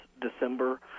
December